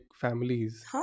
families